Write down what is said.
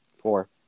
four